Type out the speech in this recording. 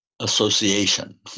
association